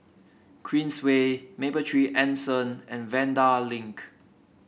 Queensway Mapletree Anson and Vanda Link